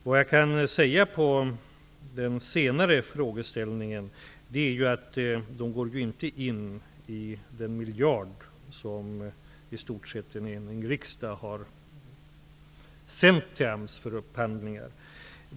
När det gäller den senare frågeställningen går detta inte in i den miljard som en i stort sett enig riksdag har sänt till AMS för upphandlingar.